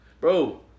Bro